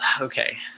okay